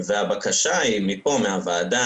והבקשה מהוועדה,